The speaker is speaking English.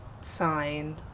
sign